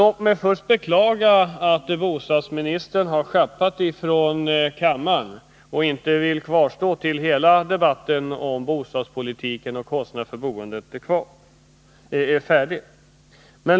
Låt mig först beklaga att bostadsministern har flytt från kammaren och inte vill stanna kvar tills hela debatten om bostadspolitiken och kostnaderna för boendet är färdig.